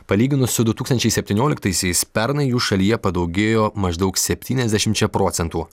palyginus su du tūkstančiai septynioliktaisiais pernai jų šalyje padaugėjo maždaug septyniasdešimčia procentų